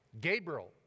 Gabriel